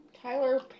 Tyler